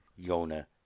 Yona